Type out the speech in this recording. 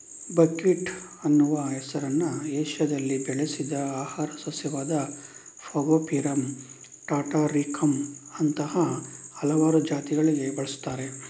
buckwheat ಅನ್ನುವ ಹೆಸರನ್ನ ಏಷ್ಯಾದಲ್ಲಿ ಬೆಳೆಸಿದ ಆಹಾರ ಸಸ್ಯವಾದ ಫಾಗೋಪಿರಮ್ ಟಾಟಾರಿಕಮ್ ಅಂತಹ ಹಲವಾರು ಜಾತಿಗಳಿಗೆ ಬಳಸ್ತಾರೆ